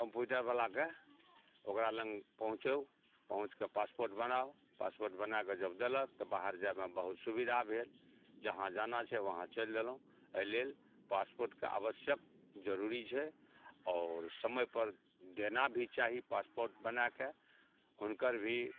कम्प्यूटरबलाके ओकरा लग पहुँचूँ पहुँच कऽ पासपोर्ट बनाउ पासपोर्ट बना कऽ जब देलक तऽ बाहर जाइमे बहुत सुबिधा भेल जहाँ जाना छै वहाँ चलि देलहुँ एहि लेल पासपोर्टके आवश्यक जरूरी छै आओर समय पर देना भी चाही पासपोर्ट बनाए कऽ हुनकर भी